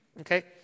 Okay